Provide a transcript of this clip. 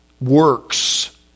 works